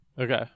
Okay